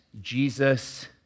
Jesus